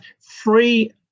free